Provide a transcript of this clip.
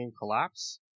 collapse